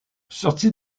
sorti